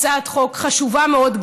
הצעת חוק חשובה מאוד.